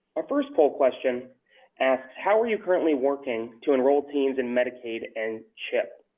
our first poll question asks, how are you currently working to enroll teens in medicaid and chip?